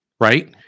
right